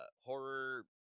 horror